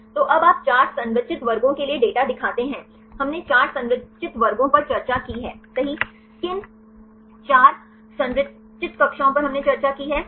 तो अब आप 4 संरचित वर्गों के लिए डेटा दिखाते हैं हमने 4 संरचित वर्गों पर चर्चा की है सही किन 4 संरचित कक्षाओं पर हमने चर्चा की है